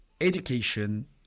education